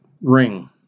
ring